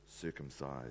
circumcised